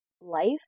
life